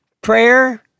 prayer